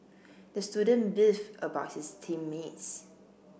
the student beefed about his team mates